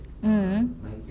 mm